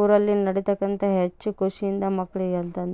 ಊರಲ್ಲಿ ನಡೆತಕ್ಕಂಥ ಹೆಚ್ಚು ಖುಷಿಯಿಂದ ಮಕ್ಳಿಗೆ ಅಂತಂದು